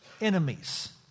enemies